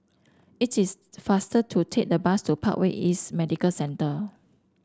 it is faster to take the bus to Parkway East Medical Centre